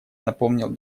напомнил